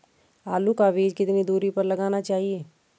आलू का बीज कितनी दूरी पर लगाना चाहिए?